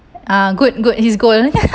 uh good good he's good